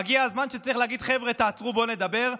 מגיע הזמן שצריך להגיד: חבר'ה, תעצרו, בואו נדבר.